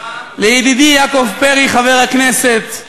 לידידי יעקב פרי, חבר הכנסת,